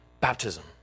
baptism